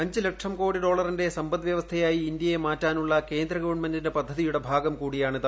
അഞ്ചു ലക്ഷം കോടി ഡോളറിന്റെ സമ്പദ് വൃവസ്ഥയായി ഇന്ത്യയെ മാറ്റാനുള്ള കേന്ദ്ര ഗവൺമെന്റിന്റെ പദ്ധതിയുടെ ഭാഗം കൂടിയാണിത്